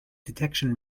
detection